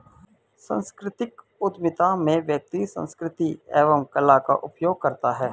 सांस्कृतिक उधमिता में व्यक्ति संस्कृति एवं कला का उपयोग करता है